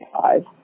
five